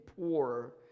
poor